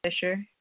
Fisher